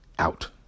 out